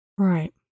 Right